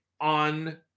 on